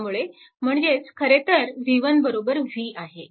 त्यामुळे म्हणजेच खरेतर v1 v आहे